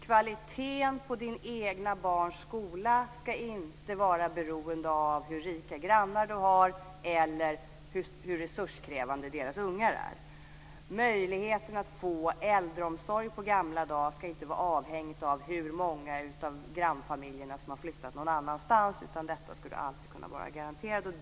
Kvaliteten på ditt eget barns skola ska inte vara beroende av hur rika grannar du har eller hur resurskrävande deras ungar är. Möjligheten att få äldreomsorg på gamla dar ska inte vara avhängigt av hur många av grannfamiljerna som har flyttat någon annanstans, utan detta ska du alltid kunna vara garanterad.